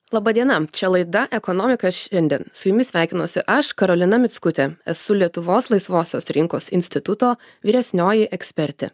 laba diena čia laida ekonomika šiandien su jumis sveikinuosi aš karolina mickutė esu lietuvos laisvosios rinkos instituto vyresnioji ekspertė